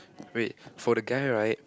wait for the guy right